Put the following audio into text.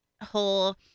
whole